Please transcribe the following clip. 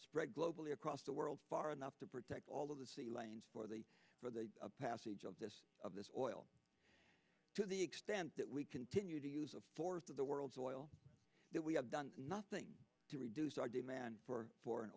spread globally across the world far enough to protect all of the sea lanes for the for the passage of this of this oil to the extent that we continue to use of force of the world's oil that we have done nothing to reduce our demand for foreign